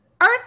earth